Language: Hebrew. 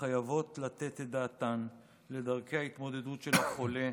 חייבות לתת את דעתן לדרכי ההתמודדות של החולה,